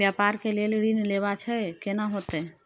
व्यापार के लेल ऋण लेबा छै केना होतै?